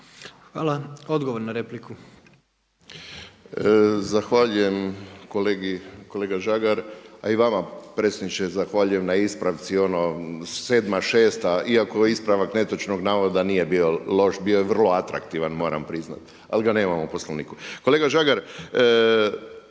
**Hrelja, Silvano (HSU)** Zahvaljujem kolega Žagar, a i vama potpredsjedniče zahvaljujem na ispravci ono sedma, šesta, iako ispravak netočnog navoda nije bio loš, bio je vrlo atraktivan moram priznati, ali ga nemamo u Poslovniku. Kolega Žagar,